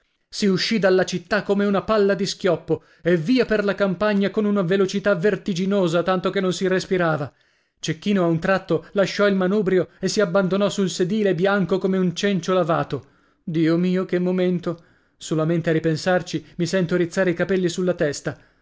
si usci dalla città come una palla di schioppo e via per la campagna con una velocità vertiginosa tanto che non si respirava cecchino a un tratto lasciò il manubrio e si abbandonò sul sedile bianco come un cencio lavato dio mio che momento solamente a ripensarci mi sento rizzare i capelli sulla testa